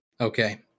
Okay